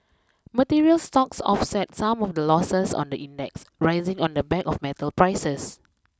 materials stocks offset some of the losses on the index rising on the back of metals prices